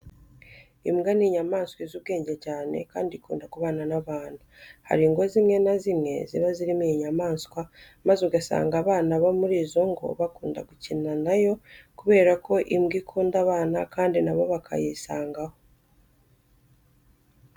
Imbwa ni inyamaswa izi ubwenge cyane kandi ikunda kubana n'abantu. Hari ingo zimwe na zimwe ziba zirimo iyi nyamaswa maze ugasanga abana bo muri izo ngo bakunda gukina na yo kubera ko imbwa ikunda abana kandi na bo bakayisangaho.